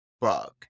bug